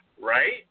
Right